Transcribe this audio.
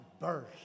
burst